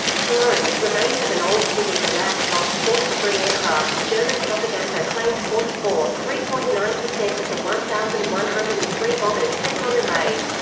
cologne remains of an old city the raf lost forty three aircraft german propaganda claimed forty four, three point nine of the one thousand one hundred and three bombers sent on the raid.